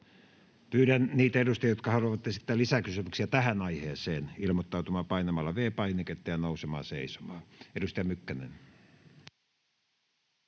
Pyydän niitä edustajia, jotka haluavat esittää lisäkysymyksiä tähän aiheeseen, ilmoittautumaan painamalla V-painiketta ja nousemalla seisomaan. — Edustaja Mykkänen.